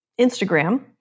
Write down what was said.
Instagram